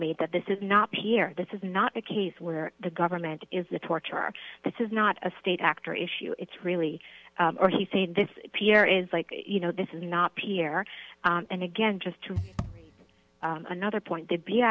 made that this is not here this is not a case where the government is the torture this is not a state actor issue it's really or he's saying this pierre is like you know this is not here and again just to make another point t